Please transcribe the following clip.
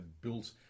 built